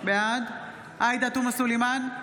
בעד עאידה תומא סלימאן,